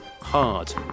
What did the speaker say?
hard